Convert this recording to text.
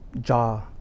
jaw